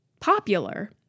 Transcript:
popular